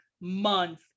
month